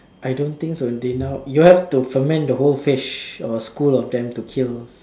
I don't think so they now you'll have to ferment the whole fish or a school of them to kill